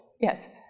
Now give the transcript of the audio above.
Yes